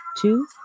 two